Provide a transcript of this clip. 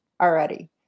already